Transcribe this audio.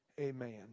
Amen